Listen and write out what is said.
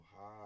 high